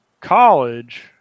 college